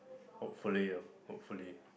hopefully ah hopefully